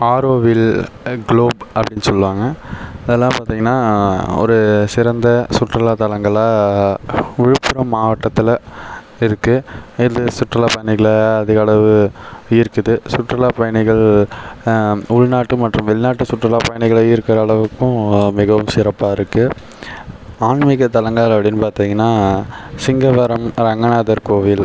Auroville globe அப்படினு சொல்லுவாங்க அதெல்லாம் பார்த்தீங்கன்னா ஒரு சிறந்த சுற்றுலா தளங்களாக விழுப்புரம் மாவட்டத்தில் இருக்குது இது சுற்றுலா பயணிகளை அதிகளவு ஈர்க்குது சுற்றுலா பயணிகள் உள்நாட்டு மற்றும் வெளிநாட்டு சுற்றுலா பயணிகளை ஈர்க்கிற அளவுக்கும் மிகவும் சிறப்பாக இருக்குது ஆன்மீக தளங்கள் அப்படினு பார்த்தீங்கன்னா சிங்கதரம் ரங்கநாதர் கோவில்